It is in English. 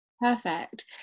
Perfect